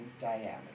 diameter